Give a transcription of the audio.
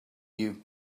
you